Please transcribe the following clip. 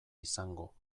izango